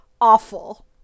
awful